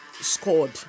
scored